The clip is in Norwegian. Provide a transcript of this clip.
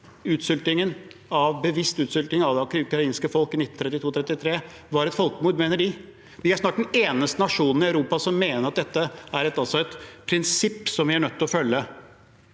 Bevisst utsulting av det ukrainske folk i 1932/1933 var et folkemord, mener de. Vi er snart den eneste nasjonen i Europa som mener at dette er et prinsipp vi er nødt til å følge.